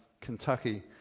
Kentucky